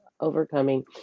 overcoming